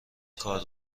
کار